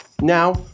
Now